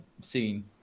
scene